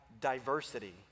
diversity